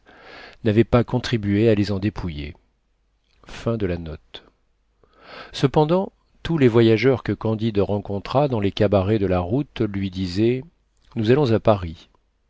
n'avait pas contribué à les en dépouiller k cependant tous les voyageurs que candide rencontra dans les cabarets de la route lui disaient nous allons à paris